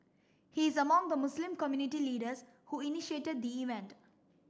he is among the Muslim community leaders who initiated the event